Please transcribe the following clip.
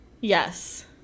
Yes